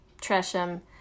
Tresham